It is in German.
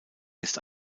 ist